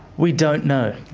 we don't know.